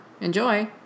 Enjoy